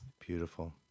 Beautiful